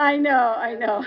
know i know